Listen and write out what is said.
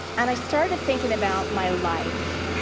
and i started thinking about my life,